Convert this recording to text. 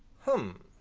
hum!